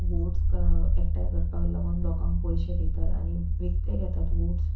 voters एकठांय करपाक लागोन लोकांक पयशें दितात आनी विकतें घेतात वोटर्स